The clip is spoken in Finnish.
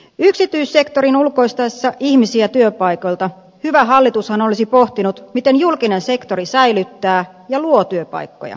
yksityissektorin ulkoistaessa ihmisiä työpaikoilta hyvä hallitus olisi pohtinut miten julkinen sektori säilyttää ja luo työpaikkoja